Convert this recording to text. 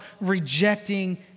rejecting